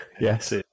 yes